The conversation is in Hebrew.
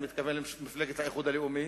אני מתכוון למפלגת האיחוד הלאומי,